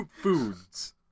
foods